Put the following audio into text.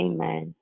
Amen